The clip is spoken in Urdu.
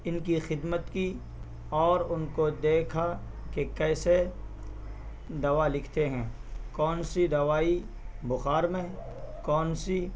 ان کی خدمت کی اور ان کو دیکھا کہ کیسے دوا لکھتے ہیں کون سی دوائی بخار میں کون سی